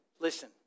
Listen